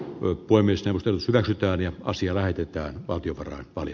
me voimisteluteli väitettään ja asia lähetetään ogiwara oli